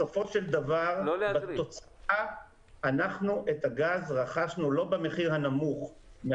בסופו של דבר בתוצאה אנחנו את הגז רכשנו לא במחיר הנמוך מן